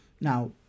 Now